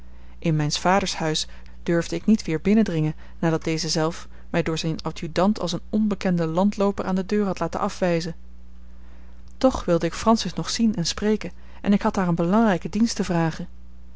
in mijns vaders huis durfde ik niet weer binnendringen nadat deze zelf mij door zijn adjudant als een onbekenden landlooper aan de deur had laten afwijzen toch wilde ik francis nog zien en spreken en ik had haar een belangrijken dienst te vragen